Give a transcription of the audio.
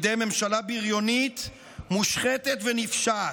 בידי הממשלה בריונית, מושחתת ונפשעת.